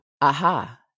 Aha